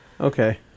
Okay